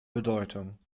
bedeutung